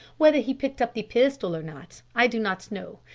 whether he picked up the pistol or not, i do not know.